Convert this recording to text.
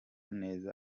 neza